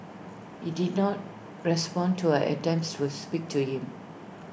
he did not respond to her attempts to speak to him